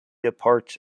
departs